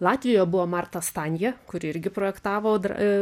latvijoj buvo marta stanja kuri irgi projektavo dr a